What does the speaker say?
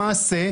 למעשה,